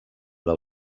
del